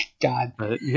God